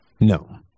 No